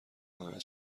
نهایت